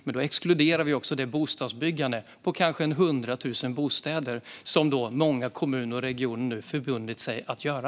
Men då exkluderar vi också det bostadsbyggande på kanske 100 000 bostäder som många kommuner och regioner nu förbundit sig att genomföra.